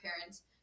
parents